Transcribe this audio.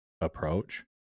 approach